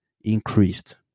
increased